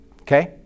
okay